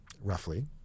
roughly